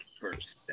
first